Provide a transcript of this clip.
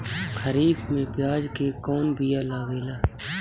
खरीफ में प्याज के कौन बीया लागेला?